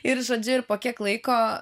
ir žodžiu ir po kiek laiko